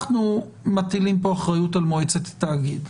אנחנו מטילים כאן אחריות על מועצת תאגיד,